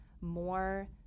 more